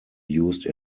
used